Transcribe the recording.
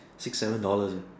six seven dollars